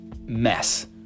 mess